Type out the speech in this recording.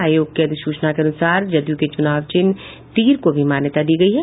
आयोग के अधिसूचना के अनुसार जदयू के चुनाव चिन्ह तीर को भी मान्यता दी गयी है